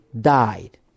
died